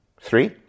Three